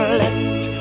let